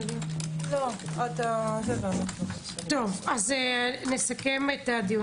היו"ר מירב בן ארי (יו"ר ועדת ביטחון הפנים): אני מסכמת את הדיון.